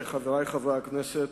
חברי חברי הכנסת,